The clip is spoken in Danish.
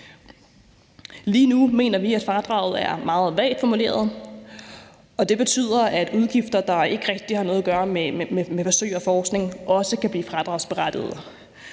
Lige nu mener vi at fradraget er meget svagt formuleret, og det betyder, at udgifter, der ikke rigtig har noget at gøre med forsøg og forskning, også kan blive fradragsberettigede.